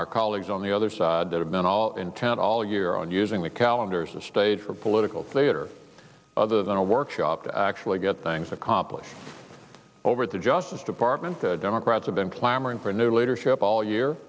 our colleagues on the other side that have been all intent all year on using the calendars of stage for political theater other than a workshop to actually get things accomplished over at the justice department the democrats have been clamoring for new leadership all year